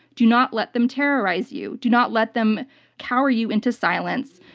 do not let them terrorize you. do not let them cower you into silence.